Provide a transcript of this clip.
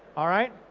alright,